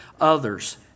others